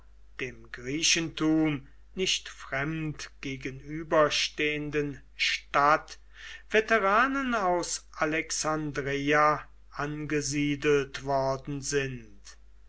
dem griechentum nicht fremd gegenüberstehenden stadt veteranen aus alexandreia angesiedelt worden sind